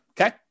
okay